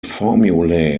formulae